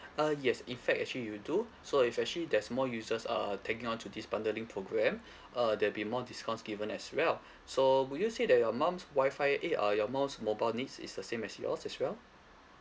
uh yes in fact actually you do so it's actually there's more users uh taking on to this bundling programme uh there'll be more discounts given as well so would you say that your mum's wi-fi eh uh your mum's mobile needs is the same as yours as well